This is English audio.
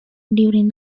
during